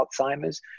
Alzheimer's